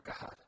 God